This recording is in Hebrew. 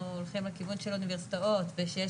אם אנחנו הולכים לכיוון של אוניברסיטאות ושיש